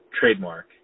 trademark